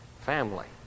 family